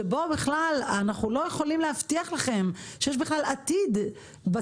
שבה בכלל אנחנו לא יכולים להבטיח לכם שיש בכלל עתיד המשכי